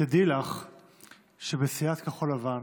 תדעי לך שבסיעת כחול לבן,